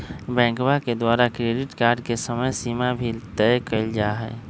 बैंकवा के द्वारा क्रेडिट कार्ड के समयसीमा भी तय कइल जाहई